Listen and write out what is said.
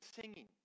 singing